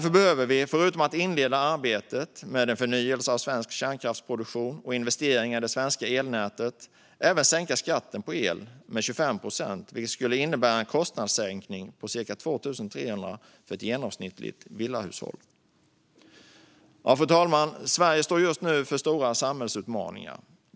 Förutom att inleda arbetet med en förnyelse av svensk kärnkraftsproduktion och investeringar i det svenska elnätet behöver vi sänka skatten på el med 25 procent, vilket skulle innebära en kostnadssänkning på cirka 2 300 för ett genomsnittligt villahushåll. Fru talman! Sverige står just nu inför stora samhällsutmaningar.